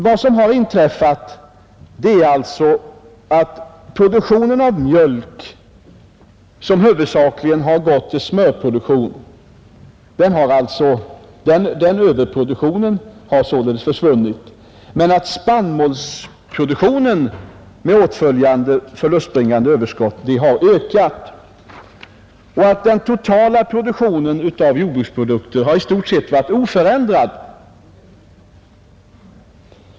Vad som inträffar är alltså att överproduktionen av mjölk, som huvudsakligen har gått till smörproduktion, har försvunnit, att spannmålsproduktionen har ökat med åtföljande förlustbringande överskott och att den totala jordbruksproduktionen i stort sett har varit oförändrad.